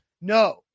No